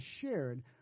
shared